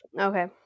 Okay